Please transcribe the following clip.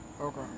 Okay